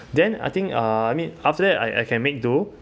then I think uh I mean after that I I can make do